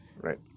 right